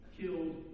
killed